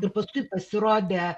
ir paskui pasirodė